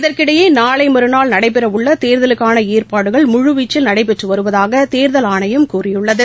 இதற்கிடையேநாளைமறுநாள் நடைபெறவுள்ளதேர்தலுக்கானஏற்பாடுகள் முழுவீச்சில் நடைபெற்றுவருவதாகதேர்தல் ஆணையம் கூறியுள்ளது